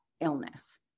illness